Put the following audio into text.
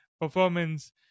performance